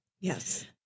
Yes